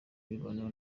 ibiganiro